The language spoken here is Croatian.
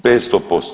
500%